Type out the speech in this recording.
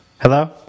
Hello